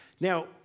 Now